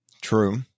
True